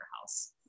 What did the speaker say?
house